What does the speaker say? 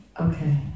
Okay